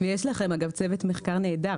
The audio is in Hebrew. ואני חייבת לציין שיש לכם צוות מחקר נהדר.